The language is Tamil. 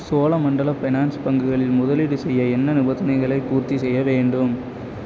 சோழமண்டல ஃபைனான்ஸ் பங்குகளில் முதலீடு செய்ய என்ன நிபந்தனைகளைப் பூர்த்தி செய்ய வேண்டும்